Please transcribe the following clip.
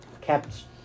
kept